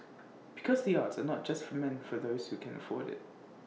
because the arts are not just for meant for those who can afford IT